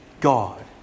God